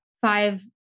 five